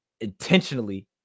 intentionally